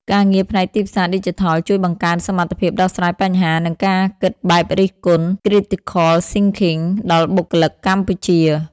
ការងារផ្នែកទីផ្សារឌីជីថលជួយបង្កើនសមត្ថភាពដោះស្រាយបញ្ហា និងការគិតបែបរិះគន់ (Critical Thinking) ដល់បុគ្គលិកកម្ពុជា។